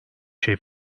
şey